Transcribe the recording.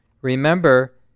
remember